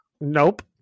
Nope